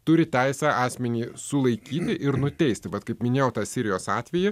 turi teisę asmenį sulaikyti ir nuteisti vat kaip minėjau tą sirijos atvejį